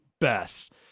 best